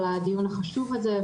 על הדיון החשוב הזה,